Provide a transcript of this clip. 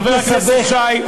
חבר הכנסת שי,